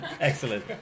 excellent